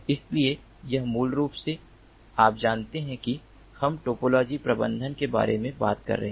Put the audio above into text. इसलिए यहां मूल रूप से आप जानते हैं कि हम टोपोलॉजी प्रबंधन के बारे में बात कर रहे हैं